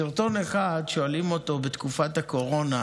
בסרטון אחד שואלים אותו בתקופת הקורונה